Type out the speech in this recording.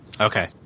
Okay